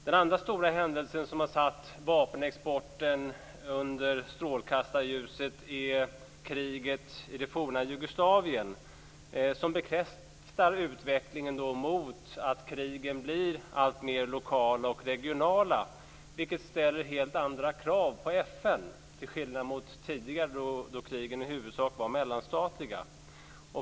Den andra stora händelsen som har satt vapenexporten under strålkastarljuset är kriget i det forna Jugoslavien, som bekräftar utvecklingen mot att krigen blir alltmer lokala och regionala, vilket ställer helt andra krav på FN, till skillnad mot tidigare, då krigen i huvudsak var mellanstatliga.